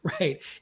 right